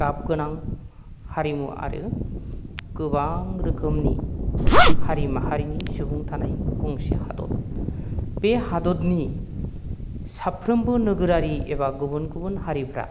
गाब गोनां हारिमु आरो गोबां रोखोमनि हारि माहारिनि सुबुं थानाय गंसे हादर बे हादरनि साफ्रोमबो नोगोरारि एबा गुबुन गुबुन हारिफोरा